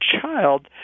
child